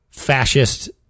fascist